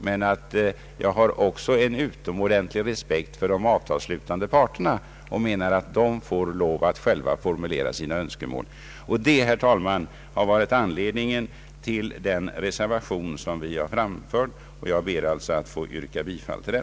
Men jag har också en utomordentlig respekt för de avtalsslutande parterna och menar att de själva bör få formulera sina önskemål. Detta, herr talman, har varit anledningen till den reservation som vi framfört, och jag ber därför att få yrka bifall till den.